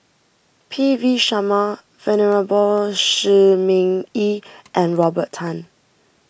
P V Sharma Venerable Shi Ming Yi and Robert Tan